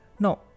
Now